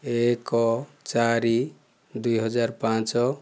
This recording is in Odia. ଏକ ଚାରି ଦୁଇହଜାର ପାଞ୍ଚ